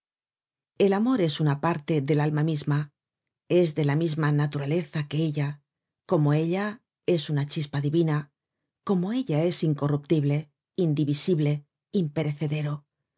el amor es una parte del alma misma es de la misma naturaleza que ella como ella es una chispa divina como ella es incorruptible indivisible imperecedero